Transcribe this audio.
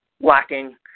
lacking